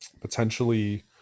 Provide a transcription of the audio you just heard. potentially